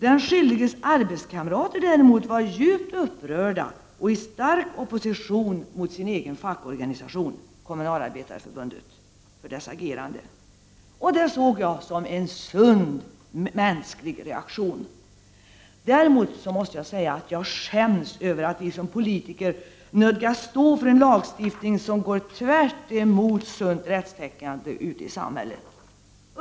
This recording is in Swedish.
Den skyldiges arbetskamrater var djupt upprörda och i stark opposition mot sin egen fackorganisation, Kommunalarbetareförbundet, för dess agerande. Det såg jag som en sund mänsklig reaktion. Däremot måste jag säga att jag skäms över att vi som politiker nödgas stå för en lagstiftning som går tvärtemot sunt rättstänkande ute i samhället.